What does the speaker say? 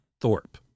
Thorpe